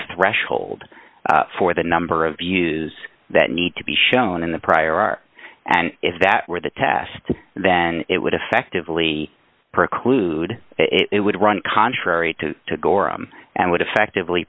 threshold for the number of the is that need to be shown in the prior art and if that were the test then it would effectively preclude it would run contrary to to gorham and would effectively